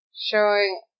showing